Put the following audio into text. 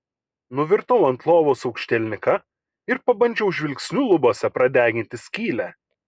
nuvirtau ant lovos aukštielninka ir pabandžiau žvilgsniu lubose pradeginti skylę